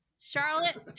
Charlotte